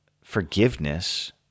forgiveness